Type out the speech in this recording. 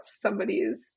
somebody's